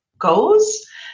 goes